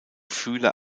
fühler